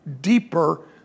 deeper